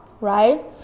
right